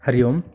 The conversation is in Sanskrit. हरिः ओं